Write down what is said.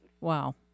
Wow